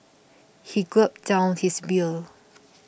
he gulped down his beer